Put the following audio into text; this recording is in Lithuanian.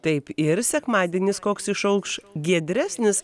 taip ir sekmadienis koks išaukš giedresnis